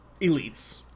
Elites